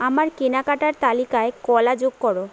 আমার কেনাকাটার তালিকায় কলা যোগ করো